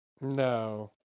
No